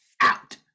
out